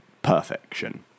perfection